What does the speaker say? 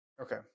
Okay